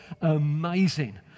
amazing